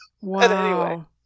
Wow